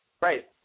right